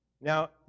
Now